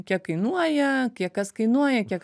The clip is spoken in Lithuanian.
kiek kainuoja kiek kas kainuoja kiek